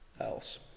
else